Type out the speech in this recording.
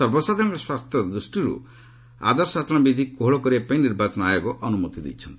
ସର୍ବସାଧାରଣଙ୍କ ସ୍ୱାର୍ଥ ଦୂଷ୍ଟିରୁ ଆଦର୍ଶ ଆଚରଣ ବିଧି କୋହଳ କରିବା ପାଇଁ ନିର୍ବାଚନ ଆୟୋଗ ଅନୁମତି ଦେଇଛନ୍ତି